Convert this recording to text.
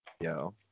Yo